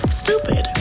stupid